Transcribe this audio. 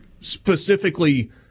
specifically –